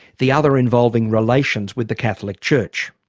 the other involving relations with the catholic church.